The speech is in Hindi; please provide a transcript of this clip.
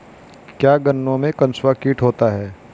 क्या गन्नों में कंसुआ कीट होता है?